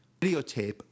videotape